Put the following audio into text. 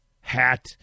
hat